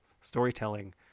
storytelling